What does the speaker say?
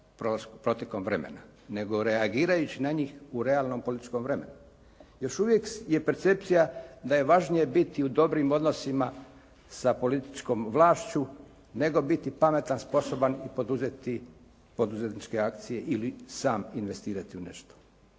protekom vremena, nego reagirajući na njih u realnom političkom vremenu. Još uvijek je percepcija da je važnije biti u dobrim odnosima sa političkom vlašću, nego biti pametan, sposoban i poduzeti poduzetničke akcije ili sam investirati u nešto.